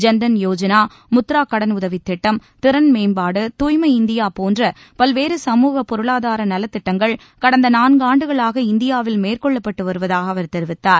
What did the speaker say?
ஜன்தன் யோஜனா முத்ரா கடன் உதவித்திட்டம் திறன் மேம்பாடு தூய்மை இந்தியா போன்ற பல்வேறு சமூகப் பொருளாதார நலத்திட்டங்கள் கடந்த நான்காண்டுகளாக இந்தியாவில் மேற்கொள்ளப்பட்டு வருவதாக அவர் தெரிவித்தார்